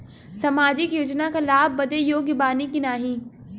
सामाजिक योजना क लाभ बदे योग्य बानी की नाही?